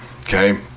okay